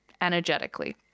energetically